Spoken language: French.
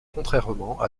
contrairement